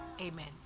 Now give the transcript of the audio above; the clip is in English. Amen